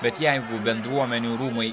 bet jeigu bendruomenių rūmai